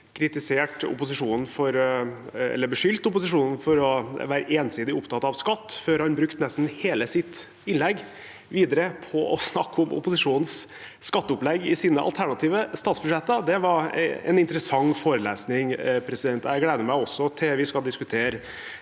beskyldte opposisjonen for å være ensidig opptatt av skatt før han brukte nesten hele sitt innlegg videre på å snakke om opposisjonens skatteopplegg i sine alternative statsbudsjetter. Det var en interessant forelesning. Jeg gleder meg også til vi skal diskutere